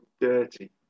dirty